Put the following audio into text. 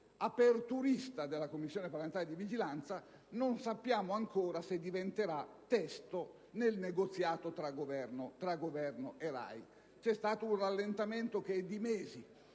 "aperturista" della Commissione parlamentare di vigilanza, che non sappiamo ancora se diventerà testo nel negoziato tra il Governo e la RAI. C'è stato un rallentamento di mesi,